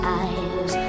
eyes